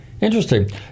Interesting